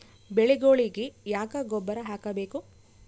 ಬೆಳಿಗೊಳಿಗಿ ಯಾಕ ಗೊಬ್ಬರ ಹಾಕಬೇಕು?